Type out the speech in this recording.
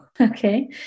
okay